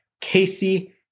Casey